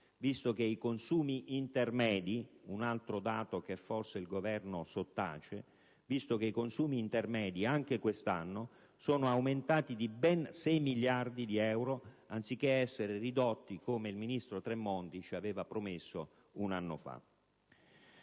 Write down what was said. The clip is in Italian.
visto che i consumi intermedi - un altro dato che forse il Governo sottace - anche quest'anno sono aumentati di ben 6 miliardi di euro, anziché ridursi come il ministro Tremonti ci aveva promesso un anno fa.